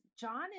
John